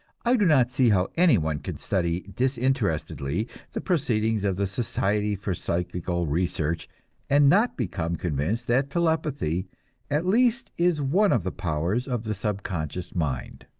i do not see how any one can study disinterestedly the proceedings of the society for psychical research and not become convinced that telepathy at least is one of the powers of the subconscious mind.